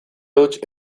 huts